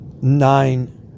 nine